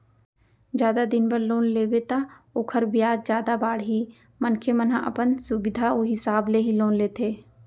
जादा दिन बर लोन लेबे त ओखर बियाज जादा बाड़ही मनखे मन ह अपन सुबिधा हिसाब ले ही लोन लेथे